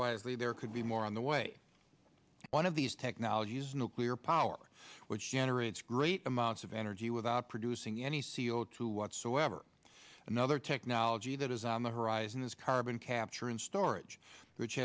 wisely there could be more on the way one of these technologies nuclear power which generates great amounts of energy without producing any c o two whatsoever another technology that is on the horizon is carbon capture and storage which